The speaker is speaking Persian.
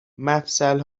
مفصل